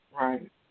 Right